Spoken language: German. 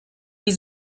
wie